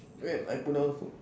wait I put down phone